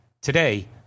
Today